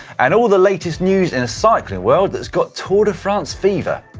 and all the latest news in the cycling world has got tour de france fever.